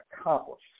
accomplished